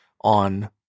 on